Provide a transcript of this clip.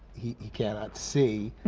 he cannot see.